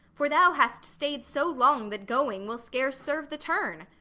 for thou hast stay'd so long that going will scarce serve the turn.